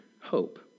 hope